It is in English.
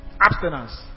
Abstinence